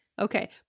Okay